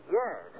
yes